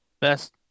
best